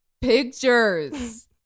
pictures